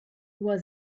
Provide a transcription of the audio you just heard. was